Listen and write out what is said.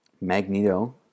Magneto